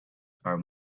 are